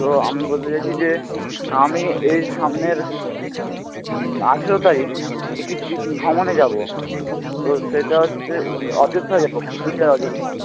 তো আমি বলতে চাইছি যে আমি এই সামনের আঠারো তারিখ একটি ট্রিপ ভ্রমণে যাব তো সেটা হচ্ছে অযোধ্যা যাব পুরুলিয়ার অযোধ্যা